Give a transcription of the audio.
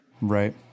Right